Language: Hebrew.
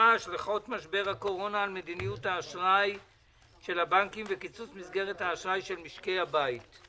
הישיבה ננעלה בשעה 11:35.